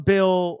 Bill